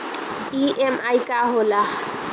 EMI का होला?